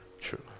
True